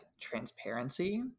transparency